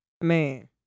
Man